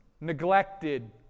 neglected